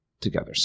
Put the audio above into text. Together